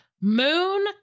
moon